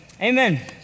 Amen